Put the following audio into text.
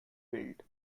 built